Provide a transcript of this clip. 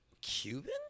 Cuban